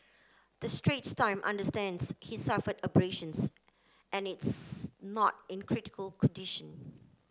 the Straits Time understands he suffered abrasions and it's not in critical condition